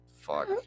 fuck